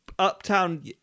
Uptown